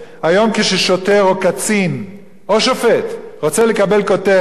היום כששוטר או קצין או שופט רוצה לקבל כותרת,